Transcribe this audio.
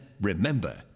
remember